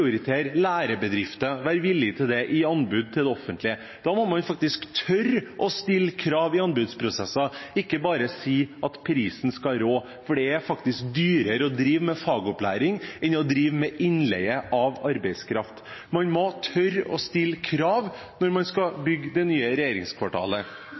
være villig til å prioritere lærebedrifter når det kommer til anbud til det offentlige. Da må man tørre å stille krav i anbudsprosessene – ikke bare si at prisen skal råde, for det er faktisk dyrere å drive med fagopplæring enn å drive med innleie av arbeidskraft. Man må tørre å stille krav når man skal